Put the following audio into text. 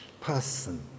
person